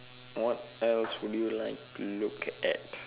what else would you like to look at at